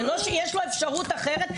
זה לא שיש לו אפשרות אחרת.